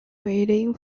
waiting